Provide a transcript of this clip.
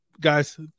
Guys